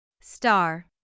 Star